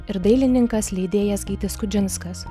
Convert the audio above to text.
ir dailininkas leidėjas gytis kudžinskas